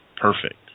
Perfect